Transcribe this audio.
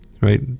right